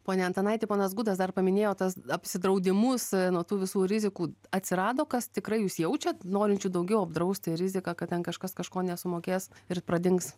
pone antanaiti ponas gudas dar paminėjo tas apsidraudimus nuo tų visų rizikų atsirado kas tikrai jūs jaučiat norinčių daugiau apdrausti riziką kad ten kažkas kažko nesumokės ir pradings